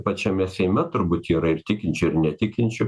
pačiame seime turbūt yra ir tikinčių ir netikinčių